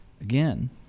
again